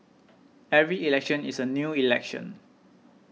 every election is a new election